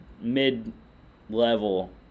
mid-level